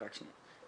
רק שנייה.